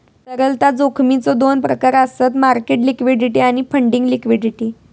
तरलता जोखमीचो दोन प्रकार आसत मार्केट लिक्विडिटी आणि फंडिंग लिक्विडिटी